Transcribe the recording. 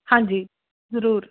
ਹਾਂਜੀ ਜ਼ਰੂਰ